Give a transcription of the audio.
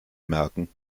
merken